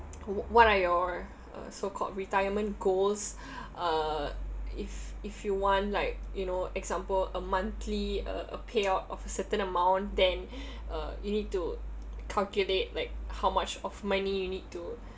what are your uh so called retirement goals uh if if you want like you know example a monthly uh a payout of a certain amount then uh you need to calculate like how much of money you need to